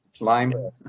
lime